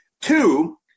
Two